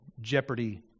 Jeopardy